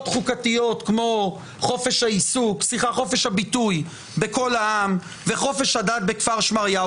חוקתיות כמו חופש הביטוי ב"קול העם" וחופש הדת ב"כפר שמריהו".